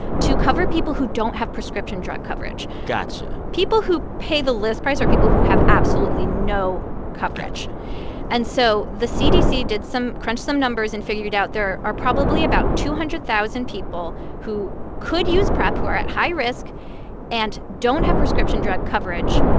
to cover people who don't have prescription drug coverage? gotcha people who pay the lowest price are people who have absolutely no coverage gotcha and so the cdc did some crunched some numbers and figured out there are probably about two hundred thousand people who could use prep, who are at high risk and don't have prescription drug coverage.